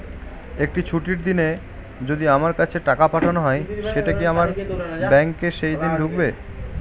একটি ছুটির দিনে যদি আমার কাছে টাকা পাঠানো হয় সেটা কি আমার ব্যাংকে সেইদিন ঢুকবে?